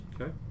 Okay